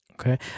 Okay